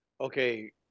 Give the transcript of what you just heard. okay